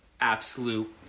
absolute